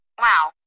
Wow